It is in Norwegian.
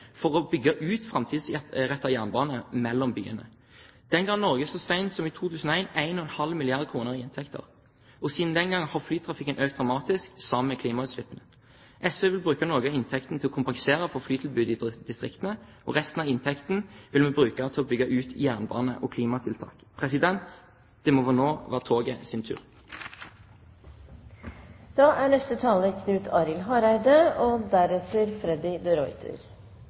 for å bygge ut framtidsrettet jernbane mellom byene. Den ga Norge så sent som i 2001 1,5 milliarder kr i inntekter. Siden den gang har flytrafikken økt dramatisk, og det samme har klimautslippene. SV vil bruke noe av inntektene til å kompensere flytilbudet i distriktene. Resten av inntektene vil vi bruke til å bygge ut jernbane og klimatiltak. Det må nå være togets tur.